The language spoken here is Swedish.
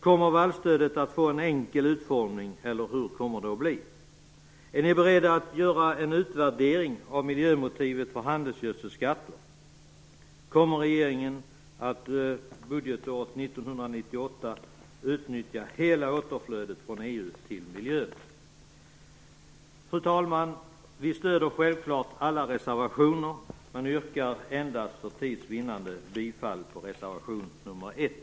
Kommer vallstödet att få en enkel utformning, eller hur kommer det att bli? Är ni beredda att göra en utvärdering av miljömotivet för handelsgödselskatter? Kommer regeringen att budgetåret 1998 utnyttja hela återflödet från EU till miljön? Fru talman! Vid stöder självfallet alla våra reservationer, men för tids vinnande yrkar vi bifall endast till reservation nr 1.